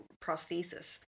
prosthesis